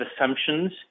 assumptions